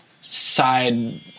side